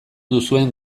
duzuen